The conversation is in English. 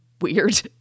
weird